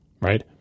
right